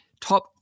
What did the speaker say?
top